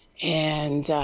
and,